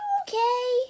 okay